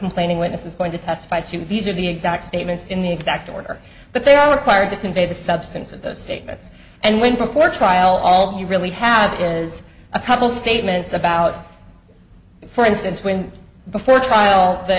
complaining witness is going to testify to these are the exact statements in the exact order but they are required to convey the substance of those statements and when before trial all you really have is a couple statements about for instance when before trial